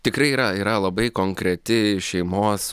tikrai yra yra labai konkreti šeimos